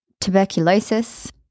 tuberculosis